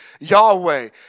Yahweh